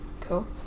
Cool